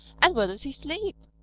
and where does he sleep?